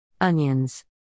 Onions